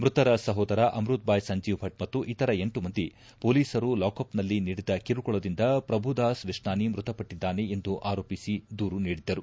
ಮೃತರ ಸಹೋದರ ಅಮೃತ್ಬಾಯ್ ಸಂಜೀವ್ ಭಟ್ ಮತ್ತು ಇತರ ಎಂಟು ಮಂದಿ ಪೊಲೀಸರು ಲಾಪಕ್ನಲ್ಲಿ ನೀಡಿದ ಕಿರುಕುಳದಿಂದ ಪ್ರಭುದಾಸ್ ವಿಷ್ಣಾಣಿ ಮೃತಪಟ್ಟಿದ್ದಾನೆ ಎಂದು ಆರೋಪಿ ದೂರು ನೀಡಿದ್ದರು